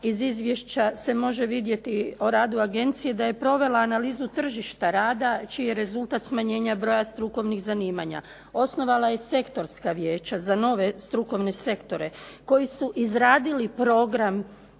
iz Izvješća se može vidjeti o radu Agencije da je provela analizu tržišta rada čiji rezultat smanjenja broja strukovnih zanimanja, osnovala je sektorska vijeća za nove strukovne sektore, koji su izradili prijedlog